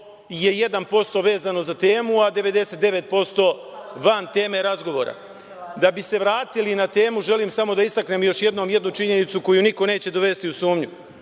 je 1% vezano za temu, a 99% van teme razgovora. Da bi se vratili na temu, želim samo da istaknem još jednom jednu činjenicu koju niko neće dovesti u sumnju,